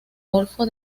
golfo